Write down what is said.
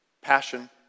passion